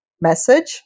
message